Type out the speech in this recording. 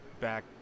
back